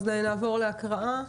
נעבור להקראה.